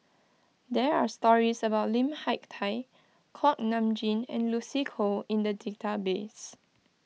there are stories about Lim Hak Tai Kuak Nam Jin and Lucy Koh in the database